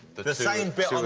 the the same bit